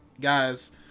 guys